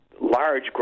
large